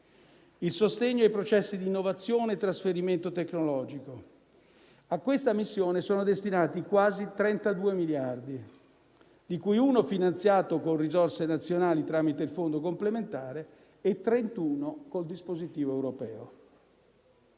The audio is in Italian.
il sostegno ai processi di innovazione e trasferimento tecnologico. A questa missione sono destinati quasi 32 miliardi di euro, di cui 1 finanziato con risorse nazionali, tramite il fondo complementare, e 31 con il dispositivo europeo.